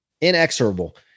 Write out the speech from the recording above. inexorable